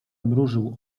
mrużył